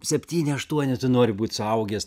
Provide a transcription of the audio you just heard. septyni aštuoni tu nori būt suaugęs